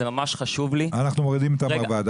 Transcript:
זה ממש חשוב לי --- אנחנו מורידים את המרב"ד.